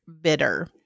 Bitter